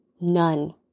None